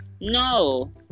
No